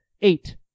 eight